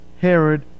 Herod